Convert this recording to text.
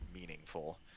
meaningful